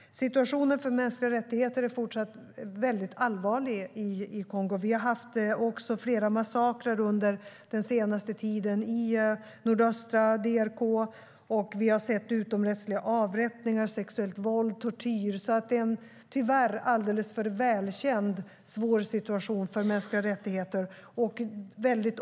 Situationen för mänskliga rättigheter är fortsatt mycket allvarlig i Kongo. Det har förekommit flera massakrer under den senaste tiden i nordöstra DRK. Vi har sett utomrättsliga avrättningar, sexuellt våld och tortyr. Det är en tyvärr alltför välkänd svår situation för mänskliga rättigheter.